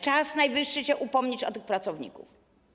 Czas najwyższy się upomnieć o tych pracowników.